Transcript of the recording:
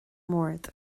mbord